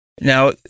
now